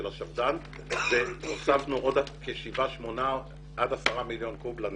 השפדן והוספנו עוד כשבעה-שמונה עד עשרה מיליון קוב לנגב.